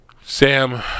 Sam